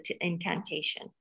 incantation